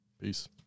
Peace